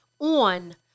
on